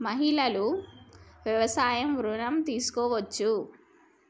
మహిళలు వ్యవసాయ ఋణం తీసుకోవచ్చా?